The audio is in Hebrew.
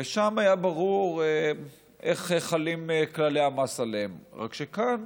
ושם היה ברור איך חלים כללי המס עליהם, רק שכאן,